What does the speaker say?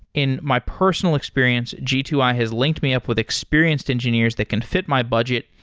in my personal experience, g two i has linked me up with experienced engineers that can fit my budget,